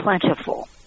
plentiful